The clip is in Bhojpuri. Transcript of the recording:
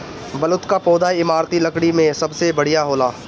बलूत कअ पौधा इमारती लकड़ी में सबसे बढ़िया होला